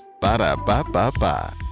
Ba-da-ba-ba-ba